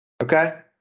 okay